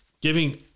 giving